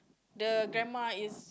the grandma is